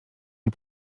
nie